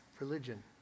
religion